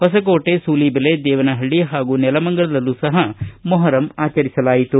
ಹೊಸಕೋಟೆ ಸೂಲಿದೆಲೆ ದೇವನಹಳ್ಳ ಹಾಗೂ ನೆಲಮಂಗಲದಲ್ಲಿ ಸಹ ಮೊಹರಂ ಆಚರಿಸಲಾಯಿತು